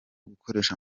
gukoresha